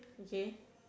okay